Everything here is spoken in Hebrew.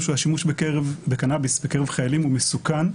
שהשימוש בקנאביס בקרב החיילים הוא מסוכן.